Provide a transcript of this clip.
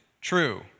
true